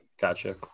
gotcha